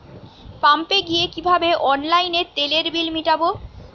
পাম্পে গিয়ে কিভাবে অনলাইনে তেলের বিল মিটাব?